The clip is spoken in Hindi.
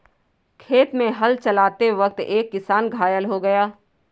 खेत में हल चलाते वक्त एक किसान घायल हो गया